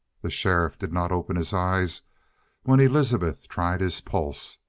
the sheriff did not open his eyes when elizabeth tried his pulse.